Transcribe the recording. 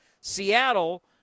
Seattle